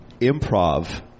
improv